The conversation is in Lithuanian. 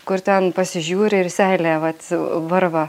kur ten pasižiūri ir seilė vat varva